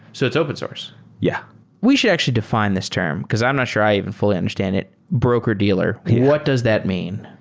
so it's open source yeah we should actually defi ne and this term, because i'm not sure i even fully understand it, broker-dealer. what does that mean?